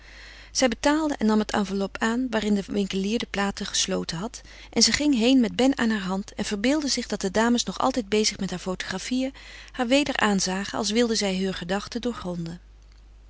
zij betaalde en nam het enveloppe aan waarin de winkelier de platen gesloten had en ze ging heen met ben aan haar hand en verbeeldde zich dat de dames nog altijd bezig met haar fotografieën haar weder aanzagen als wilden zij heur gedachte doorgronden